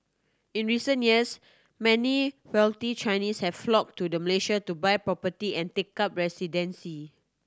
in recent years many wealthy Chinese have flocked to Malaysia to buy property and take up residency